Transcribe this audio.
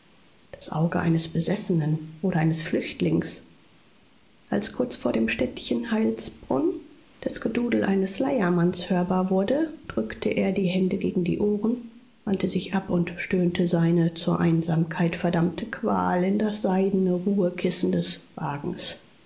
das auge eines besessenen oder eines flüchtlings als kurz vor dem städtchen heilsbronn das gedudel eines leiermanns hörbar wurde drückte er die hände gegen die ohren wandte sich ab und stöhnte seine zur einsamkeit verdammte qual in das seidene ruhekissen des wagens